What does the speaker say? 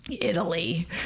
Italy